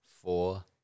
four